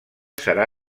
serà